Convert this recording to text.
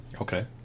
Okay